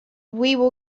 will